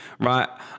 right